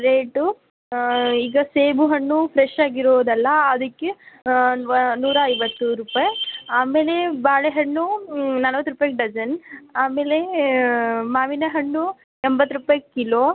rate ಈಗ ಸೇಬು ಹಣ್ಣು ಫ್ರೆಶ್ ಆಗಿರೋದಲ್ಲ ಅದಕ್ಕೆ ನೂರ ಐವತ್ತು ರುಪಾಯ್ ಆಮೇಲೆ ಬಾಳೆ ಹಣ್ಣು ನಲವತ್ತು ರುಪಾಯಿಗ್ ಡಜನ್ ಆಮೇಲೆ ಮಾವಿನ ಹಣ್ಣು ಎಂಬತ್ತು ರುಪಾಯಿ ಕಿಲೋ